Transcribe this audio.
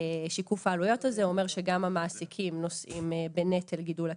שיקוף העלויות הזה אומר שגם המעסיקים נושאים בנטל גידול הקצבה,